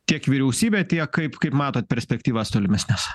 tiek vyriausybė tiek kaip kaip matot perspektyvas tolimesnes